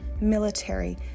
military